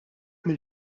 mill